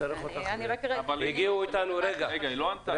היא לא ענתה לי.